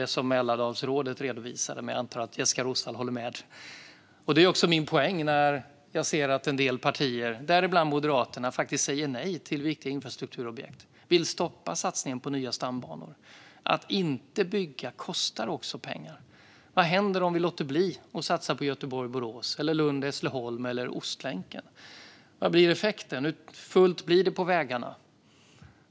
Det var vad Mälardalsrådet redovisade, och jag antar att Jessika Roswall håller med. Det är dessutom min poäng när jag hör att en del partier, däribland Moderaterna, säger nej till viktiga infrastrukturobjekt. Man vill stoppa satsningen på nya stambanor. Att inte bygga kostar också pengar. Vad händer om vi låter bli att satsa på Göteborg-Borås, Lund-Hässleholm eller Ostlänken? Vad blir effekten? Hur fullt blir det på vägarna?